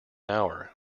hour